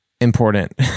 important